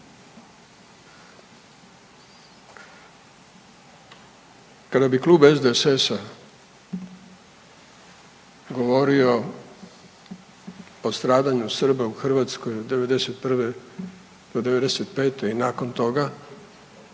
kada bi Klub SDSS-a govorio o stradanju Srba u Hrvatskoj od '91. do '95. i nakon toga